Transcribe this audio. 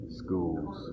schools